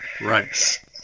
Right